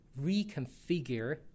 reconfigure